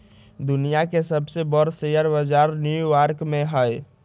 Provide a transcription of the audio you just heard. दुनिया के सबसे बर शेयर बजार न्यू यॉर्क में हई